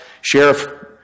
Sheriff